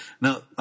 Now